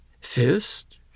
fist